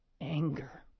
anger